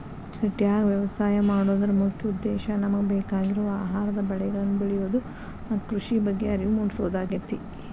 ಸಿಟ್ಯಾಗ ವ್ಯವಸಾಯ ಮಾಡೋದರ ಮುಖ್ಯ ಉದ್ದೇಶ ನಮಗ ಬೇಕಾಗಿರುವ ಆಹಾರದ ಬೆಳಿಗಳನ್ನ ಬೆಳಿಯೋದು ಮತ್ತ ಕೃಷಿ ಬಗ್ಗೆ ಅರಿವು ಮೂಡ್ಸೋದಾಗೇತಿ